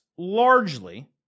Largely